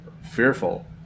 fearful